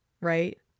right